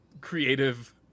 creative